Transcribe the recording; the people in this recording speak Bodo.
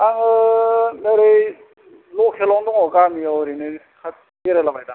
नोरै लखेलावनो दङ गामियाव ओरैनो बेरायला बायदां